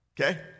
Okay